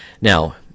Now